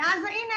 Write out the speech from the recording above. הנה,